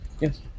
Yes